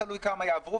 תלוי כמה יעברו,